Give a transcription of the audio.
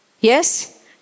Yes